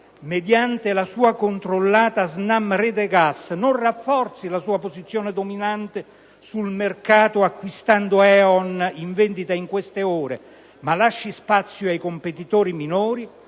mediante la sua controllata SNAM Rete Gas, non rafforzi la sua posizione dominante sul mercato acquistando E.On., in vendita in queste ore, ma lasci spazio ai competitori minori